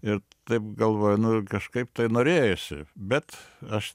ir taip galvoju nu kažkaip tai norėjosi bet aš